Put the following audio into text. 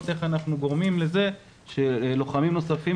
איך אנחנו גורמים לזה שלוחמים נוספים,